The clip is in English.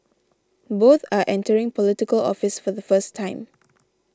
both are entering Political Office for the first time